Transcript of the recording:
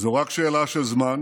זו רק שאלה של זמן,